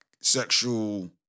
sexual